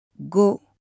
go